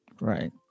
Right